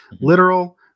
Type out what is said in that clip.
literal